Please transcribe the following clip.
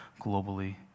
globally